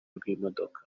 rw’imodoka